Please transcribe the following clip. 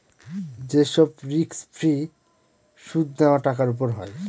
যে সব risk free সুদ নেওয়া টাকার উপর হয়